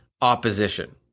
opposition